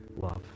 love